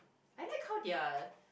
I like how they are